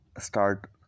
start